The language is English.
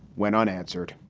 went unanswered.